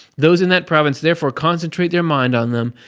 those in that province therefore concentrate their mind on them,